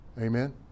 Amen